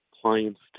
clients